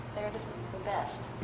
they're the best.